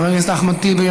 חבר הכנסת אחמד טיבי,